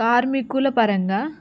కార్మికుల పరంగా